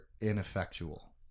ineffectual